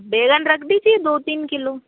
बैंगन रख दीजिए दो तीन किलो